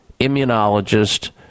immunologist